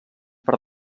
per